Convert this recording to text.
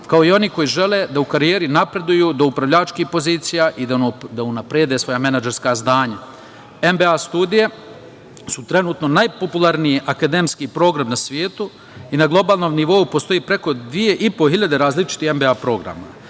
kao i oni koji žele da u karijeru napreduju do upravljačkih pozicija i da unaprede svoja menadžerska znanja. MBA studije su trenutno najpopularniji akademski program na svetu i na globalnom nivou postoji preko dve i po hiljade različitih MBA programa.